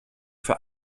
für